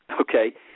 Okay